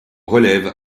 relève